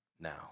now